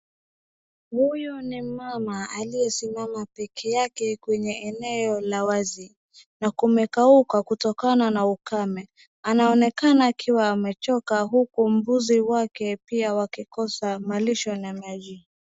Hiyu ni mama aliyesimama pekeyake kwenye eneo la wazi, na kumekauka kutokana na ukame, anaonekana akiwa amechoka huku mbuzi wake pia wakikosa malisho na maji.